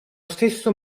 stesso